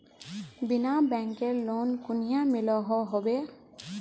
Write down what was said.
बिना बैंकेर लोन कुनियाँ मिलोहो होबे?